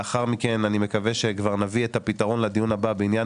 לאחר מכן אני מקווה שכבר נביא את הפתרון לדיון הבא בעניין